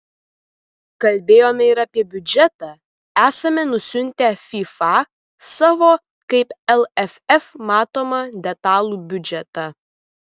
kalbėjome ir apie biudžetą esame nusiuntę fifa savo kaip lff matomą detalų biudžetą